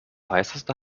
heißeste